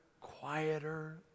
quieter